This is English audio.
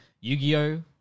Yu-Gi-Oh